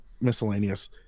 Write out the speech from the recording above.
miscellaneous